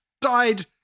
died